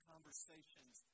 conversations